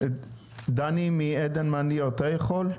דני מעדן מעליות אתה יכול?